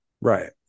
Right